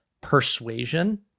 persuasion